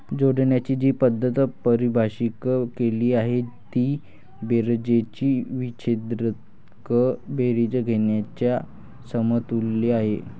जोडण्याची जी पद्धत परिभाषित केली आहे ती बेरजेची विच्छेदक बेरीज घेण्याच्या समतुल्य आहे